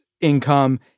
income